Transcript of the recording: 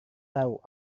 tahu